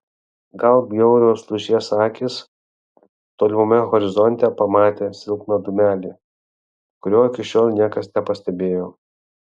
gal bjaurios lūšies akys tolimame horizonte pamatė silpną dūmelį kurio iki šiol niekas nepastebėjo